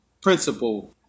principle